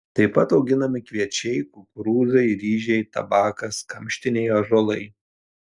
tai pat auginami kviečiai kukurūzai ryžiai tabakas kamštiniai ąžuolai